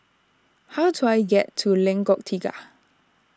how do I get to Lengkok Tiga